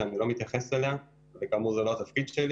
שאני לא מתייחס אליה וכאמור זה לא התפקיד שלי